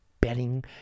betting